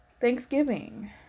Thanksgiving